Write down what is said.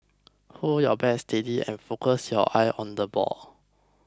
hold your bat steady and focus your eyes on the ball